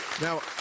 Now